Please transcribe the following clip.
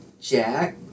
Jack